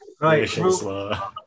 Right